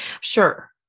sure